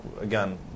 again